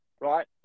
right